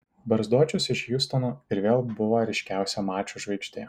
barzdočius iš hjustono ir vėl buvo ryškiausia mačo žvaigždė